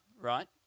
right